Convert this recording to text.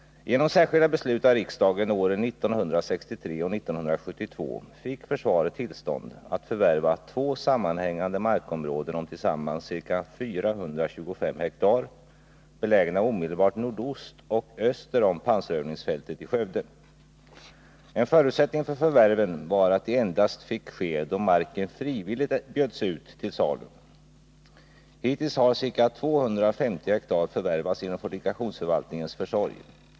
Genom särskilda beslut av riksdagen åren 1963 och 1972 fick försvaret tillstånd att förvärva två sammanhängande markområden om tillsammans ca 425 hektar belägna omedelbart nordost och öster om pansarövningsfältet i Skövde. En förutsättning för förvärven var att de endast fick ske då marken frivilligt bjöds ut till salu. Hittills har ca 250 hektar förvärvats genom fortifikationsförvaltningens försorg.